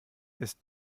ist